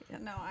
No